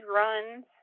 runs